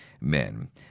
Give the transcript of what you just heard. Men